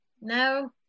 No